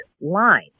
line